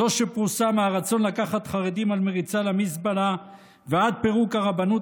זו שפרוסה מהרצון לקחת חרדים על מריצה למזבלה ועד פירוק הרבנות